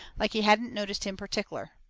like he hadn't noticed him pertic'ler.